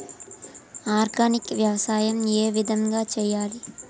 Organic వ్యవసాయం ఏ విధంగా చేయాలి?